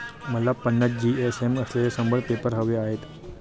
मला पन्नास जी.एस.एम असलेले शंभर पेपर हवे आहेत